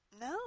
No